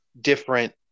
different